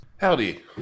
Howdy